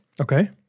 Okay